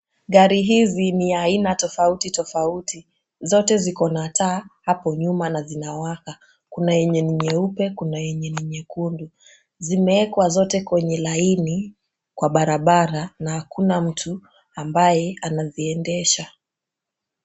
Gari hizi ni aina tofauti tofauti, zote zikona taa hapo nyuma na zinawaka. Kuna yenye ni nyeupe ,kuna yenye ni nyekundu. Zimeekwa zote kwenye laini kwa barabara na hakuna mtu ambaye anaziendesha.